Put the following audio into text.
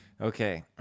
Okay